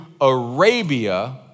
Arabia